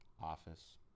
office